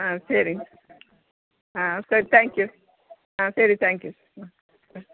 ஆ சரிங்க ஆ சரி தேங்க் யூ ஆ சரி தேங்க் யூ